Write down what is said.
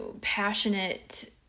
passionate